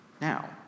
now